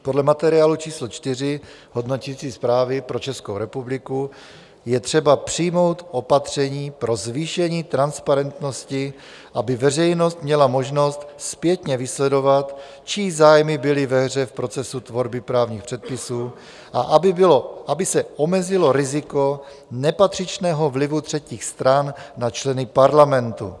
Podle materiálu číslo 4 hodnoticí zprávy pro Českou republiku je třeba přijmout opatření pro zvýšení transparentnosti, aby veřejnost měla možnost zpětně vysledovat, čí zájmy byly ve hře v procesu tvorby právních předpisů, a aby se omezilo riziko nepatřičného vlivu třetích stran na členy parlamentu.